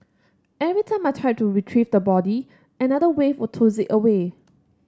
every time I tried to retrieve the body another wave would toss it away